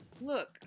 Look